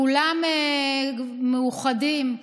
כולם מאוחדים,